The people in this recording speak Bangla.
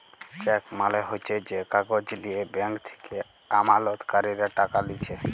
চেক মালে হচ্যে যে কাগজ লিয়ে ব্যাঙ্ক থেক্যে আমালতকারীরা টাকা লিছে